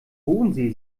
bodensee